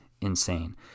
insane